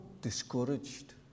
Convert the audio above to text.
discouraged